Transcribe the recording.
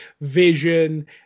Vision